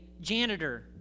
janitor